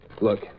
Look